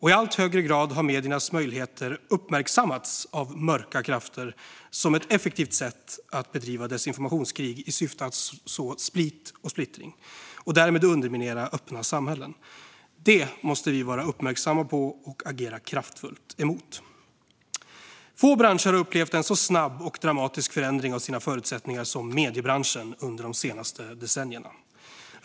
I allt högre grad har också mediernas möjligheter uppmärksammats av mörka krafter som ett effektivt sätt att bedriva desinformationskrig i syfte att så split och splittring och därmed underminera öppna samhällen. Det måste vi vara uppmärksamma på och agera kraftfullt emot. Få branscher har upplevt en så snabb och dramatisk förändring av sina förutsättningar som mediebranschen under de senaste decennierna.